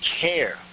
care